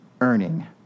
earning